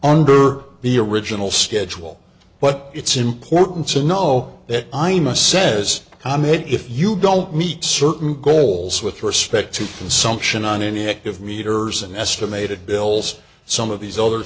under the original schedule but it's important to know that imus says on it if you don't meet certain goals with respect to consumption on any active readers and estimated bills some of these other